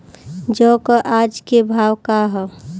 जौ क आज के भाव का ह?